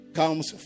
comes